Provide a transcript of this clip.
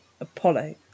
Apollo